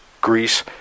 Greece